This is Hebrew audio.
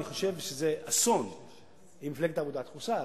אבל אני חושב שזה יהיה אסון אם מפלגת העבודה תחוסל,